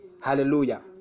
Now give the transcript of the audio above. hallelujah